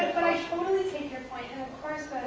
totally take your point, and of course,